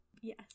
Yes